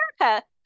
America